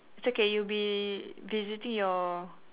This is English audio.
it's okay you'll be visiting your